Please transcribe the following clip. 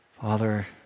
Father